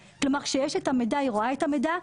כשיש את המידע היא רואה אותו.